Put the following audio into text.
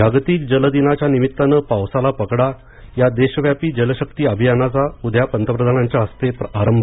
जागतिक जल दिनाच्या निमित्तानं पावसाला पकडा या देशव्यापी जलशक्ति अभियानाचा उद्या पंतप्रधानांच्या हस्ते आरंभ